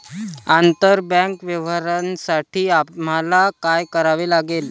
आंतरबँक व्यवहारांसाठी आम्हाला काय करावे लागेल?